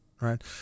Right